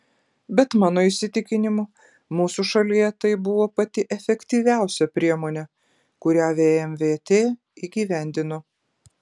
bet mano įsitikinimu mūsų šalyje tai buvo pati efektyviausia priemonė kurią vmvt įgyvendino